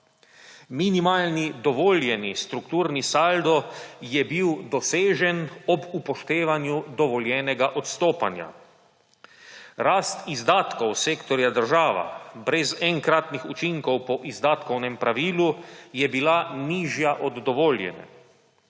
Minimalni dovoljeni strukturni saldo je bil dosežen ob upoštevanju dovoljenega odstopanja. Rast izdatkov sektorja država brez enkratnih učinkov po izdatkovnem pravilu je bila nižja od dovoljene.